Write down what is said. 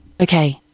Okay